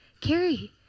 Carrie